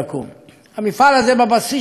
המפעל הזה, בבסיס שלו, הוא מפעל